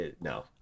no